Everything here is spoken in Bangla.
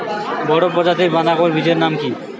বড় প্রজাতীর বাঁধাকপির বীজের নাম কি?